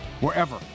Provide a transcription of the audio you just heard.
wherever